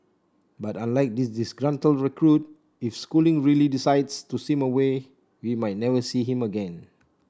but unlike this disgruntled recruit if schooling really decides to swim away we might never see him again